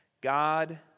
God